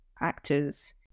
actors